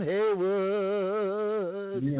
Haywood